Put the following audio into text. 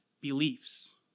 beliefs